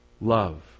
Love